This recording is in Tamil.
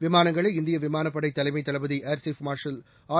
விமானங்களை இந்திய விமானப்படை தலைமைத் தளபதி ஏர்சீப் மார்ஷல் ஆர்